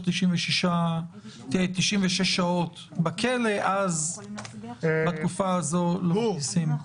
96 שעות בכלא אז בתקופה הזו לא --- גור,